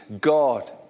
God